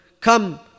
come